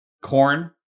corn